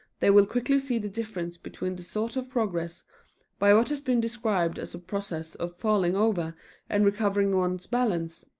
they will quickly see the difference between the sort of progress by what has been described as a process of falling over and recovering one's balance,